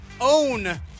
own